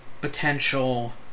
potential